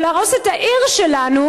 או להרוס את העיר שלנו,